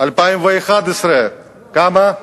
ב-2011 כמה?